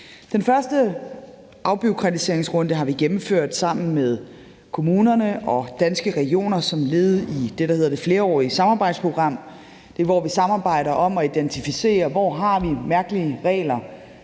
Den første afbureaukratiseringsrunde har vi gennemført sammen med kommunerne og Danske Regioner som led i det, der hedder det flerårige samarbejdsprogram. Det er der, hvor vi samarbejder om at identificere, hvor vi har mærkelige regler,